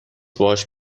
باهاش